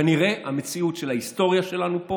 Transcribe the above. כנראה המציאות של ההיסטוריה שלנו פה